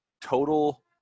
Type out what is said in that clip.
total